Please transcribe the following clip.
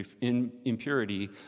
impurity